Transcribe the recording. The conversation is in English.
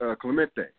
Clemente